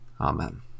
amen